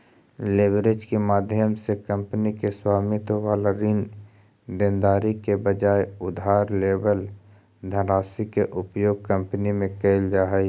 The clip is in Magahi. लेवरेज के माध्यम से कंपनी के स्वामित्व वाला ऋण देनदारी के बजाय उधार लेवल धनराशि के उपयोग कंपनी में कैल जा हई